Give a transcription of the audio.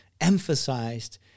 emphasized